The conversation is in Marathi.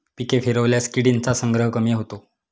पिके फिरवल्यास किडींचा संग्रह कमी होतो